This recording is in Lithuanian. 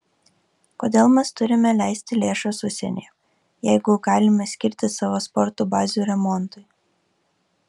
kodėl mes turime leisti lėšas užsienyje jeigu galime skirti savo sporto bazių remontui